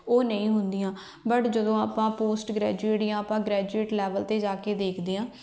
ਉਹ ਨਹੀਂ ਹੁੰਦੀਆਂ ਬਟ ਜਦੋਂ ਆਪਾਂ ਪੋਸਟ ਗ੍ਰੈਜੂਏਟ ਜਾਂ ਆਪਾਂ ਗਰੈਜੂਏਟ ਲੈਵਲ 'ਤੇ ਜਾ ਕੇ ਦੇਖਦੇ ਹਾਂ